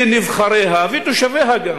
שנבחריה ותושביה גם